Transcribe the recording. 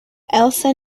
elsa